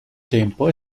tempo